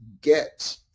get